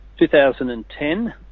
2010